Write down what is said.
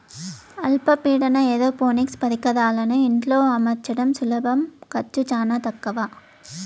అల్ప పీడన ఏరోపోనిక్స్ పరికరాలను ఇంట్లో అమర్చడం సులభం ఖర్చు చానా తక్కవ